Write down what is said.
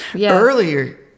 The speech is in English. earlier